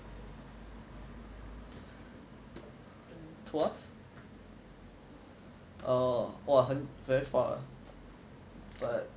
tuas orh 很 very far but